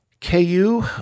KU